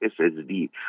SSD